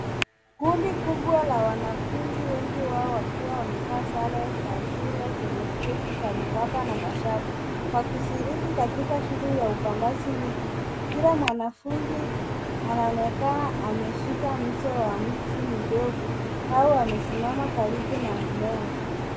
Kundi kubwa la wanafunzi wengi wao wakiwa wamevaa sare za shule zenye sketi za miraba na mashati wakishiriki katika shughuli ya upandaji miti. Kila mwanafunzi anaonekana ameshika mche wa mti mdogo au amesimama karibu na mmea.